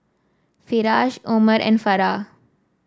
Firash Omar and Farah